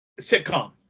sitcom